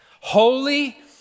holy